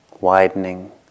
widening